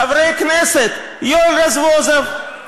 חברי הכנסת יואל רזבוזוב,